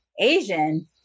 Asian